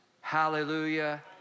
Hallelujah